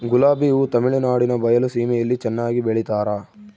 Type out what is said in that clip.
ಗುಲಾಬಿ ಹೂ ತಮಿಳುನಾಡಿನ ಬಯಲು ಸೀಮೆಯಲ್ಲಿ ಚೆನ್ನಾಗಿ ಬೆಳಿತಾರ